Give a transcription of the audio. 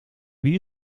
wie